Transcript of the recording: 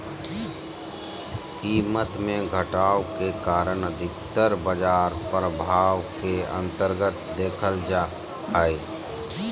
कीमत मे घटाव के कारण अधिकतर बाजार प्रभाव के अन्तर्गत देखल जा हय